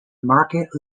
market